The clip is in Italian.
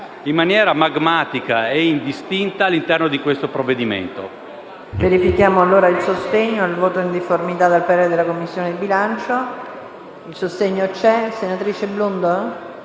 in maniera magmatica e indistinta, all'interno del provvedimento